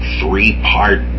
three-part